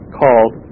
called